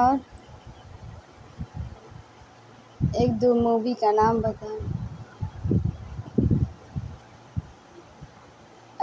اور ایک دو مووی کا نام بتاؤ